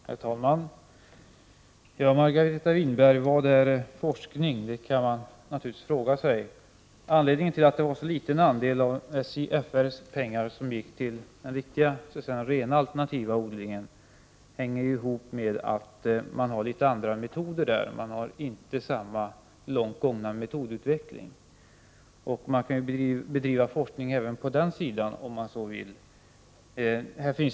Herr talman! Ja, Margareta Winberg, vad är forskning? Det kan man naturligtvis fråga sig. Att så liten andel av SJFR:s pengar gick till den så att säga rena alternativa odlingen hänger ihop med att man där har andra metoder — man har inte samma långt gångna metodutveckling. Man kan ju bedriva forskning även på den sidan, om man så vill.